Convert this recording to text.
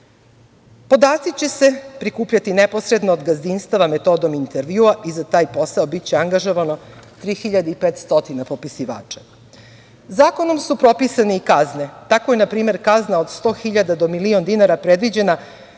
dobro. Podaci će se prikupljati neposredno od gazdinstava, metodom intervjua i za taj posao biće angažovano 3.500 popisivača. Zakonom su propisane i kazne. Tako je npr. kazna od 100 hiljada do milion dinara predviđena